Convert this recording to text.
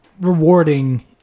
rewarding